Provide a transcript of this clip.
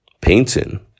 painting